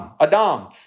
Adam